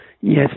Yes